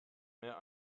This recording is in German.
mehr